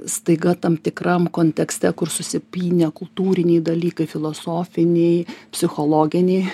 staiga tam tikram kontekste kur susipynė kultūriniai dalykai filosofiniai psichologiniai